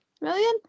million